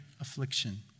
affliction